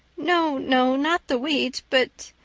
no. no. not the wheat. but.